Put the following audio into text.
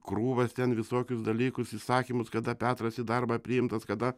krūvas ten visokius dalykus įsakymus kada petras į darbą priimtas kada